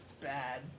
bad